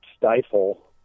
stifle